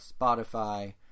Spotify